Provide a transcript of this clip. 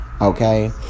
Okay